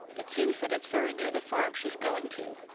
it seems that it's very near the farm she's going to,